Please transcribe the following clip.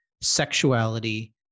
sexuality